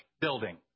building